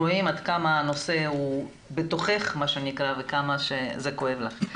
רואים עד כמה הנושא בתוכך וכמה זה כואב לך.